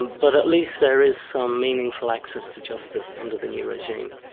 but at least there is some meaningful access to justice under the new regime.